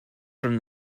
from